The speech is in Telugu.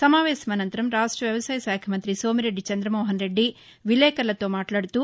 సమావేశం అనంతరం రాష్ట వ్యవసాయ శాఖ మంత్రి సోమిరెడ్డి చంద్రమోహనరెడ్డి విలేకరులతో మాట్లాదుతూ